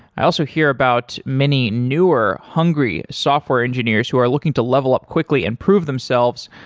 i also hear about many newer, hungry software engineers who are looking to level up quickly and prove themselves